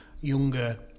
younger